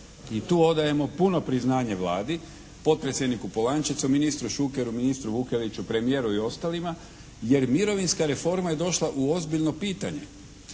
i tu odajemo puno priznanje Vladi, potpredsjedniku Polančecu, ministru Šukeru, ministru Vukeliću, premijeru i ostalima jer mirovinska reforma je došla u ozbiljno pitanje.